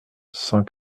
cent